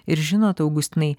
ir žinot augustinai